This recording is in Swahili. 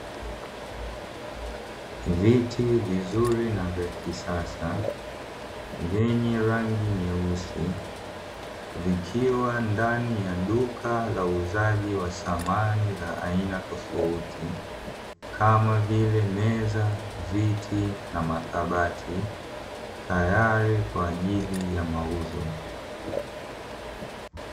Viti vizuri na vya kisasa vyenye rangi nyeusi, vikiwa ndani ya duka la uuzaji wa samani za aina tofauti kama vile meza, viti, na makabati tayari kwa ajili ya mauzo.